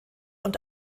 und